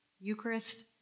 Eucharist